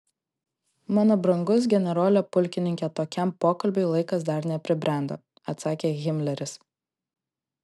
mano brangus generole pulkininke tokiam pokalbiui laikas dar nepribrendo atsakė himleris